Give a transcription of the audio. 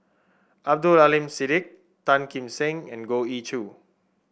Abdul Aleem Siddique Tan Kim Seng and Goh Ee Choo